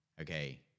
okay